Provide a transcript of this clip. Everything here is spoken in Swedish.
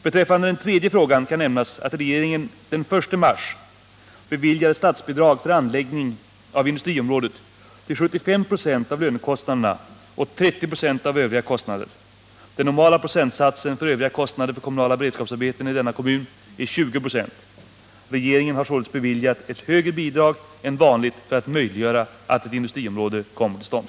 Beträffande den tredje frågan kan nämnas att regeringen den 1 mars beviljat statsbidrag för anläggning av industriområdet till 75 26 av lönekostnaderna och 30 96 av övriga kostnader. Den normala procentsatsen för övriga kostnader för kommunala beredskapsarbeten i denna kommun är 20 96. Regeringen har således beviljat ett högre bidrag än vanligt för att möjliggöra att ett industriområde kommer till stånd.